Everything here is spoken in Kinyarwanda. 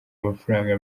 amafaranga